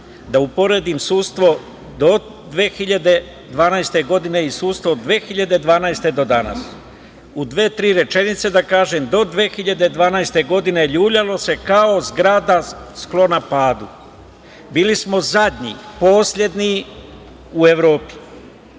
da uporedim sudstvo do 2012. godine i sudstvo od 2012. do danas. U dve, tri rečenice da kažem - do 2012. godine ljuljalo se kao zgrada sklona padu, bili smo zadnji, poslednji u Evropi. Od